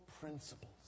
principles